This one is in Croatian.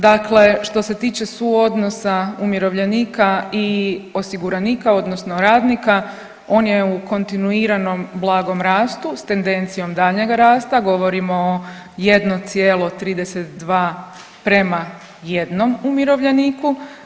Dakle, što se tiče suodnosa umirovljenika i osiguranika odnosno radnika, on je u kontinuiranom blagom rastu s tendencijom daljnjeg rasta, govorimo o 1,32:1 umirovljeniku.